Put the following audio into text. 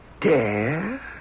dare